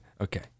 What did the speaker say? okay